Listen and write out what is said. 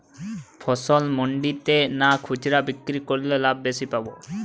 ফসল মন্ডিতে না খুচরা বিক্রি করলে লাভ বেশি পাব?